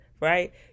right